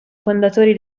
fondatori